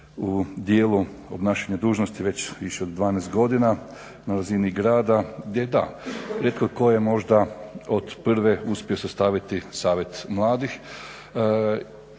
u dijelu obnašanja dužnosti već više od 12 godina na razini grada, da rijetko tko je možda od prve uspio sastaviti Savjet mladih.